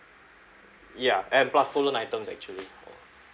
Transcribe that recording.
yeah and plus stolen items actually